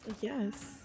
Yes